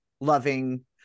loving